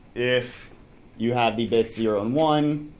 if you have the bits zero and one,